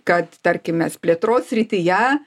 kad tarkim mes plėtros srityje